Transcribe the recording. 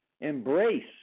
embrace